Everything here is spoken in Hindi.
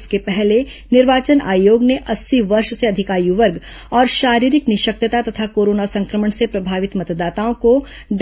इसके पहले निर्वाचन आयोग ने अस्सी वर्ष से अधिक आय वर्ग और ॅशारीरिक निःशक्तता तथा कोरोना संक्रमण से प्रभावित मतदाताओं को